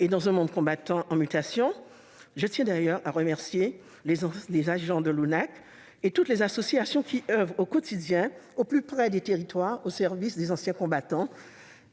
et un monde combattant en mutation. Je tiens d'ailleurs à remercier les agents de l'ONAC et toutes les associations qui oeuvrent au quotidien au plus près des territoires, au service non seulement des anciens combattants,